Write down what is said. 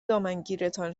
دامنگیرتان